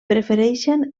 prefereixen